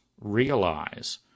realize